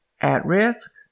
at-risk